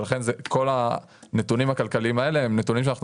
ולכן כל הנתונים הכלכליים האלה הם נתונים שאנחנו